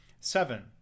Seven